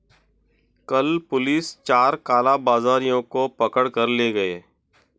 कल पुलिस चार कालाबाजारियों को पकड़ कर ले गए